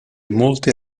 molte